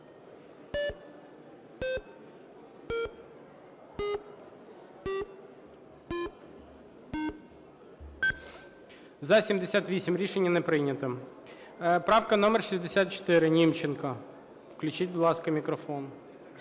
За-78 Рішення не прийнято. Правка номер 64, Німченко. Включіть, будь ласка, мікрофон.